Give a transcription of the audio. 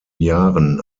jahren